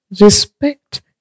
respect